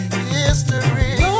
history